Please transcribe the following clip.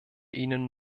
ihnen